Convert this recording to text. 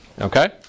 Okay